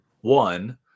one